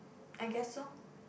I guess so